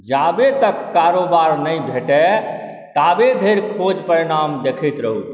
जाबे तक कारोबार नहि भेटय ताबे धरि खोज परिणाम देखैत रहू